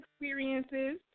experiences